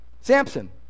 Samson